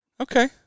Okay